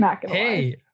hey